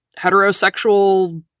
heterosexual